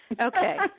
Okay